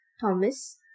Thomas